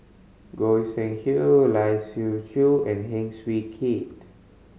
Goi Seng Hui Lai Siu Chiu and Heng Swee Keat